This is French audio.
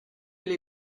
elle